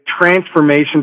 transformation